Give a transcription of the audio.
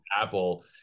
Apple